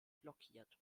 blockiert